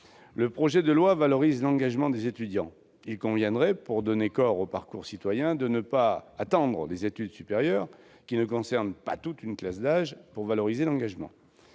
Le projet de loi tend à valoriser l'engagement des étudiants. Or il conviendrait, pour donner corps au parcours citoyen, de ne pas attendre les études supérieures, lesquelles ne concernent pas toute une classe d'âge, pour valoriser l'engagement.